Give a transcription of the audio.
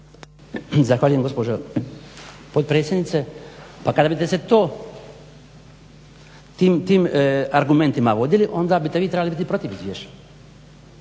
Zahvaljujem gospođo potpredsjednice. Pa kada bi se to tim argumentima vodili onda bi vi trebali biti protiv izvješća.